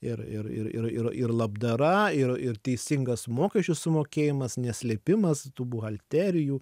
ir ir ir ir ir labdara ir ir teisingas mokesčių sumokėjimas ne slėpimas tų buhalterijų